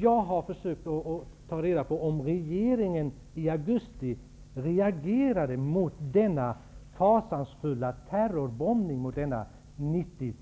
Jag har försökt ta reda på om regeringen i augusti reagerade mot den fasansfulla terrorbombningen mot denna stad med 90